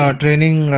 training